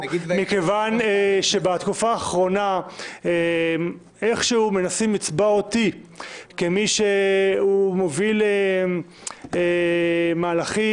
מכיוון שבתקופה האחרונה מנסים לצבוע אותי כמי שמוביל מהלכים